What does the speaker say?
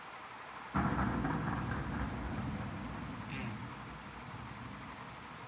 um